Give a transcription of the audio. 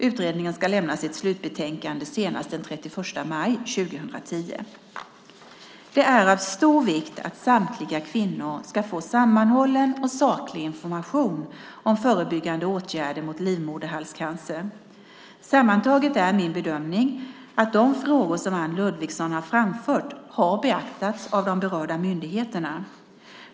Utredningen ska lämna sitt slutbetänkande senast den 31 maj 2010. Det är av stor vikt att samtliga kvinnor ska få sammanhållen och saklig information om förebyggande åtgärder mot livmoderhalscancer. Sammantaget är det min bedömning att de frågor som Anne Ludvigsson har framfört har beaktats av de berörda myndigheterna.